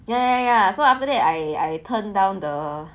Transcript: ya ya ya so after that I turn down the